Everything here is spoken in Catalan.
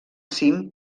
cim